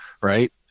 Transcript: right